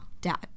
dad